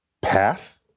path